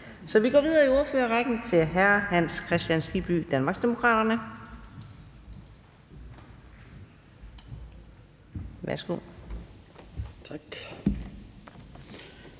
så vi går videre i ordførerrækken til hr. Hans Kristian Skibby, Danmarksdemokraterne.